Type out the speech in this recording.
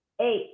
eight